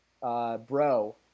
bro